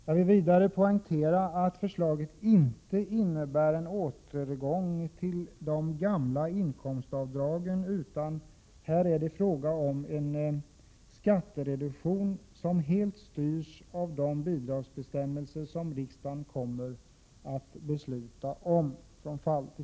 Jag vill poängtera att förslaget inte innebär en återgång till de gamla inkomstavdragen. Det är fråga om en skattereduktion som helt skall styras av de bidragsbestämmelser som riksdagen fattar beslut om. Herr talman!